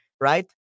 right